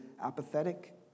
apathetic